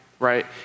right